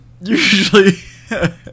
usually